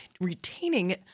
retaining